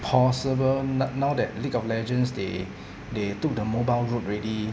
possible no~ now that league of legends they they took the mobile road already